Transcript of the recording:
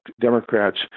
Democrats